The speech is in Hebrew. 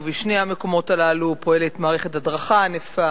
בשני המקומות הללו פועלת מערכת הדרכה ענפה,